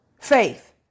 Faith